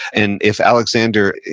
and if alexander,